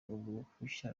uruhushya